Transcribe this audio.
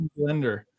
Blender